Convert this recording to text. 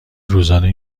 روزانه